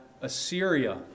Assyria